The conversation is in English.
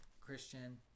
Christian